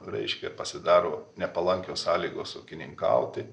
reiškia pasidaro nepalankios sąlygos ūkininkauti